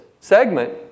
segment